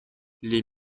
les